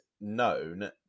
known